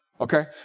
Okay